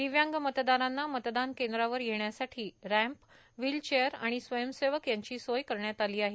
दिव्यांग मतदारांना मतदान केंद्रावर येण्यासाठी रँप व्हीलचेअर आणि स्वयंसेवक यांची सोय करण्यात आली आहे